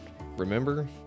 remember